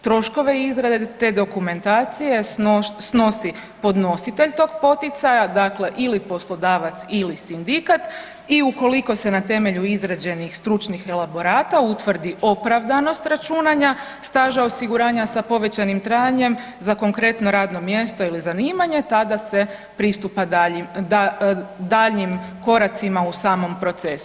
Troškove izrade te dokumentacije snosi podnositelj tog poticaja, dakle ili poslodavac ili sindikat i ukoliko se na temelju izrađenih stručnih elaborata utvrdi opravdanost računanja staža osiguranja sa povećanim trajanjem za konkretno radno mjesto ili zanimanje tada se pristupa daljnjim koracima u samom procesu.